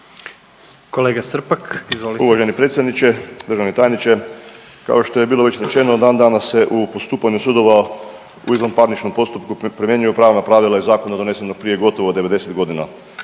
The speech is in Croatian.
Uvaženi predsjedniče, državni tajniče, kao što je bilo već rečeno, dandanas se u postupanju sudova u izvanparničnom postupku primjenjuju pravna pravila iz zakona donesenog prije gotovo 90 godina.